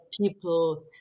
people